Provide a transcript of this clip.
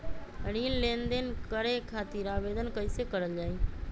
ऋण लेनदेन करे खातीर आवेदन कइसे करल जाई?